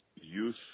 youth